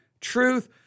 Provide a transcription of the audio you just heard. truth